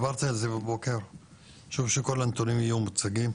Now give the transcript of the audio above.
חשוב שכל הנתונים יהיו מוצגים.